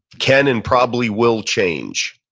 can and probably will change.